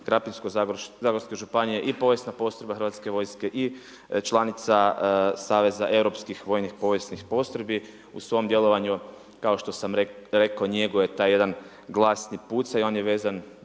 Krapinsko-zagorske županije i povijesna postrojba Hrvatske vojske i članica Saveza europskih vojnih povijesnih postrojbi. U svom djelovanju kao što sam rekao njeguje taj jedan glasni pucaj. On je vezan